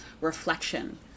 reflection